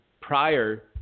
prior